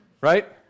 Right